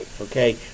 okay